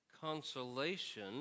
consolation